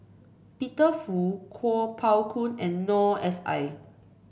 Peter Fu Kuo Pao Kun and Noor S I